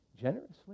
generously